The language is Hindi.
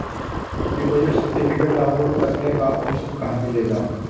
डिपॉजिट सर्टिफिकेट डाउनलोड करने का ऑप्शन कहां मिलेगा?